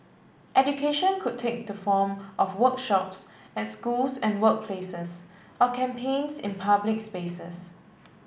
education could take the form of workshops at schools and workplaces or campaigns in public spaces